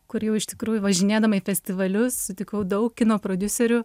kur jau iš tikrųjų važinėdama į festivalius sutikau daug kino prodiuserių